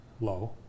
low